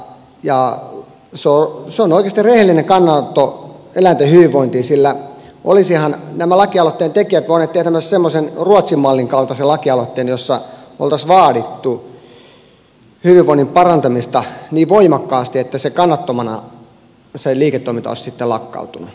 se on oikeasti rehellinen kannanotto eläinten hyvinvointiin sillä olisivathan nämä lakialoitteen tekijät voineet tehdä myös semmoisen ruotsin mallin kaltaisen lakialoitteen jossa oltaisiin vaadittu hyvinvoinnin parantamista niin voimakkaasti että kannattamattomana se liiketoiminta olisi sitten lakkautunut